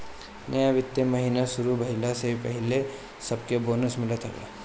नया वित्तीय महिना शुरू भईला से पहिले सबके बोनस मिलत हवे